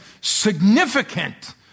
significant